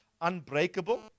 unbreakable